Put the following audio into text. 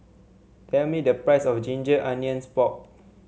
tell me the price of Ginger Onions Pork